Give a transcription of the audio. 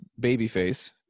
Babyface